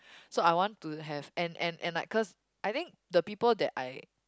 so I want to have and and and like cause I think the people that I